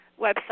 website